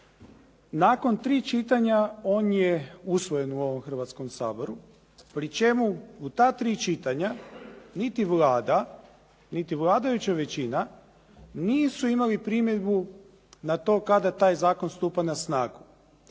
Nakon tri čitanja on je usvojen u ovom Hrvatskom saboru pri čemu u ta tri čitanja niti Vlada, niti vladajuća većina nisu imali primjedbu na to kada taj zakon stupa na snagu.